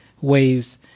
waves